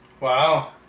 Wow